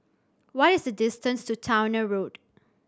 what is the distance to Towner Road